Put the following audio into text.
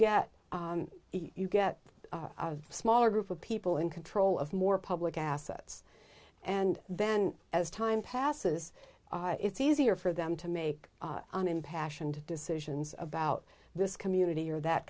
get you get a smaller group of people in control of more public assets and then as time passes it's easier for them to make an impassioned decisions about this community or that